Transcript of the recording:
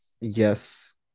yes